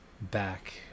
back